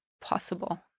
possible